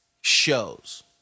shows